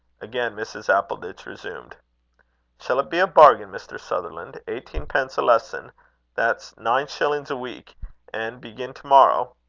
again mrs. appleditch resumed shall it be a bargain, mr. sutherland? eighteen-pence a lesson that's nine shillings a week and begin to morrow?